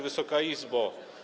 Wysoka Izbo!